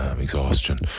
exhaustion